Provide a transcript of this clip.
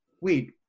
wait